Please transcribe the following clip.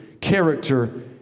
character